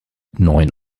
neun